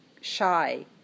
shy